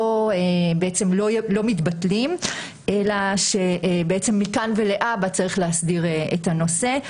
בעצם לא מתבטלים אלא שמכאן ולהבא צריך להסדיר את הנושא,